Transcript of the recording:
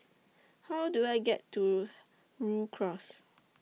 How Do I get to Rhu Cross